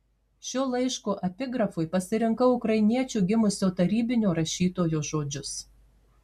šio laiško epigrafui pasirinkau ukrainiečiu gimusio tarybinio rašytojo žodžius